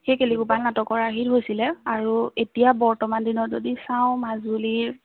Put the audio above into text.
সেই কেলিগোপাল নাটকৰ আৰ্হিত হৈছিলে আৰু এতিয়া বৰ্তমান দিনত যদি চাওঁ মাজুলীৰ যি